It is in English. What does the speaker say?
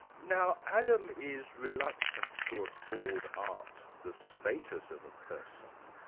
now adam is reluctant to accord art the status of a person,